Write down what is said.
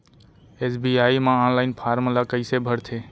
SBI म online form ल कइसे भरथे?